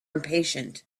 impatient